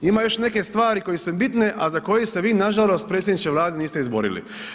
Ima još neke stvari koje su im bitne, a za koji se vi nažalost predsjedniče Vlade, niste izborili.